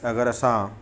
अगरि असां